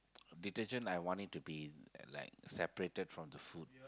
detergent like I want it to be like separated from the food